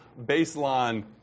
baseline